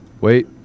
Wait